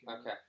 Okay